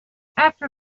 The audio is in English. after